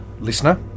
listener